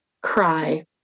cry